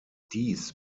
dies